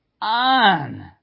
on